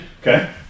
Okay